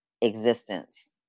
existence